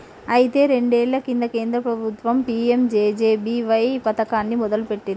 అయితే రెండేళ్ల కింద కేంద్ర ప్రభుత్వం పీ.ఎం.జే.జే.బి.వై పథకాన్ని మొదలుపెట్టింది